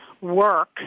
work